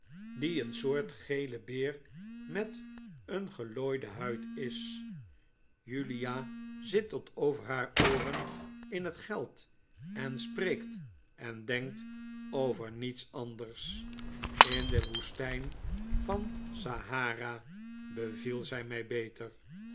die een soort gele beer met een gelooide huid is julia zit tot over haar ooren in het geld en spreekt en denkt over riiets anders in de woestijn van sahara beviel zij mij beter